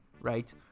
right